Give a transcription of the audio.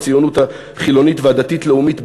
הציונות החילונית והדתית-לאומית,